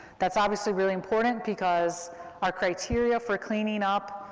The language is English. that's obviously really important, because our criteria for cleaning up